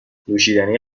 نوشیدنی